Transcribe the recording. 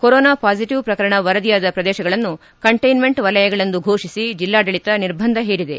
corona positive ಪ್ರಕರಣ ವರದಿಯಾದ ಪ್ರದೇಶಗಳನ್ನು ಕಂಟ್ಲೆನ್ಗೆಂಟ್ ವಲಯಗಳೆಂದು ಫೋಷಿಸಿ ಜಿಲ್ಲಾಡಳಿತ ನಿರ್ಬಂಧ ಹೇರಿದೆ